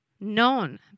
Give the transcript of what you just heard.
known